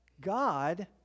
God